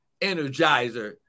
energizer